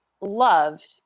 loved